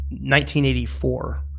1984